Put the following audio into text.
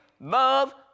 love